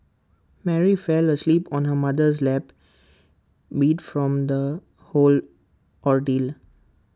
Mary fell asleep on her mother's lap beat from the whole ordeal